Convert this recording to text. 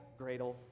gradle